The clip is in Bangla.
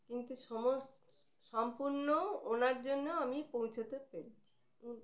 কিন্তু সমস সম্পূর্ণ ওনার জন্য আমি পৌঁছোতে পেরেছি